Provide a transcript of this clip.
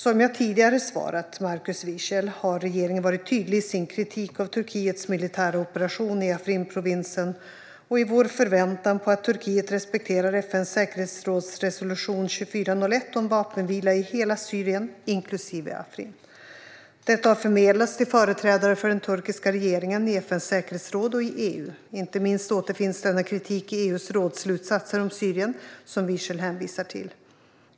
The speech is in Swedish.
Som jag tidigare svarat Markus Wiechel har regeringen varit tydlig i sin kritik av Turkiets militära operation i Afrinprovinsen och i vår förväntan på att Turkiet respekterar FN:s säkerhetsrådsresolution 2401 om vapenvila i hela Syrien, inklusive Afrin. Detta har förmedlats till företrädare för den turkiska regeringen, i FN:s säkerhetsråd och i EU. Inte minst återfinns denna kritik i EU:s rådsslutsatser om Syrien som Wiechel hänvisar till.